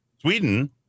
Sweden